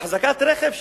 אחזקת רכב,